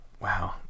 wow